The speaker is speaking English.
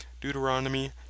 Deuteronomy